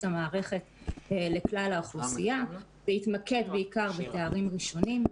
המערכת לכלל האוכלוסייה התמקד בעיקר בתארים ראשונים.